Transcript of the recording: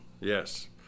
Yes